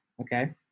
okay